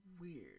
weird